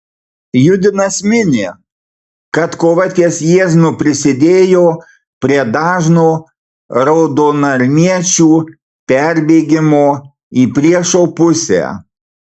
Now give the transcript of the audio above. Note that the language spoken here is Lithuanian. judinas mini kad kova ties jieznu prisidėjo prie dažno raudonarmiečių perbėgimo į priešo pusę